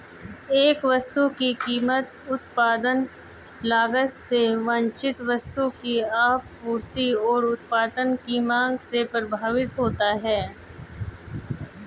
एक वस्तु की कीमत उत्पादन लागत से वांछित वस्तु की आपूर्ति और उत्पाद की मांग से प्रभावित होती है